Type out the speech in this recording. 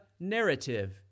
Narrative